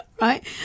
right